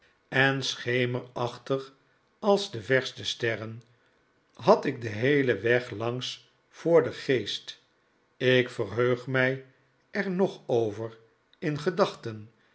en schemerachtig als de verste sterren had ik den heelen weg langs voor den geest ik verheug mij er nog over in gedachten